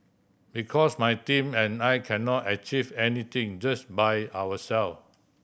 because my team and I cannot achieve anything just by ourselves